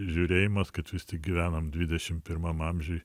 žiūrėjimas kad vis tik gyvenam dvidešim pirmam amžiuj